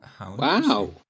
Wow